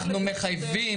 אנחנו מחייבים.